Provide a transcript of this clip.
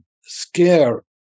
scare